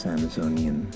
Amazonian